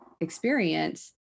experience